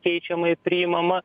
keičiama ir priimama